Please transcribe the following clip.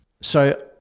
So-